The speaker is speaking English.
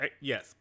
yes